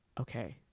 okay